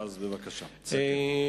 אז בבקשה, תסכם.